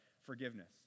forgiveness